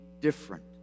different